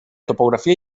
topografia